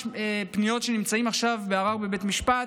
יש פניות שנמצאות עכשיו בערר בבית משפט.